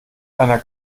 einer